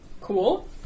Cool